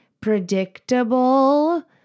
predictable